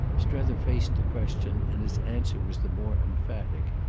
strether faced the question, and his answer was the more emphatic.